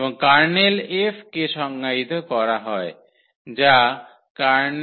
এবং kernel F কে সংজ্ঞায়িত করা হয় যা Kerx∈X𝐹0